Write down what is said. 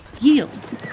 yields